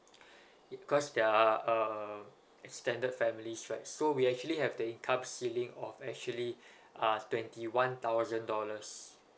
because they're uh extended families right so we actually have the income ceiling of actually uh twenty one thousand dollars